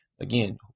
again